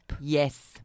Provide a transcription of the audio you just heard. yes